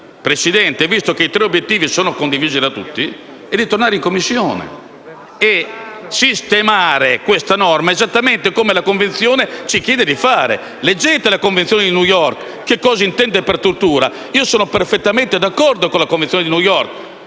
Presidente, visto che i tre obiettivi sono condivisi da tutti, è di tornare in Commissione e di sistemare questa norma esattamente come la Convenzione di New York ci chiede di fare. Leggete la Convenzione di New York e vedete cosa si intende lì per tortura. Io sono perfettamente d'accordo con la Convenzione di New York,